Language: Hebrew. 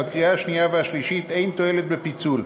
בקריאה השנייה והשלישית אין תועלת בפיצול.